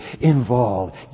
involved